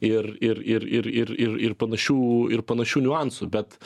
ir ir ir ir ir ir ir panašių ir panašių niuansų bet